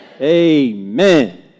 Amen